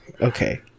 okay